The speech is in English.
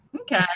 okay